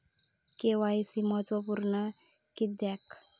KYC महत्त्वपुर्ण किद्याक?